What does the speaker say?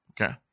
Okay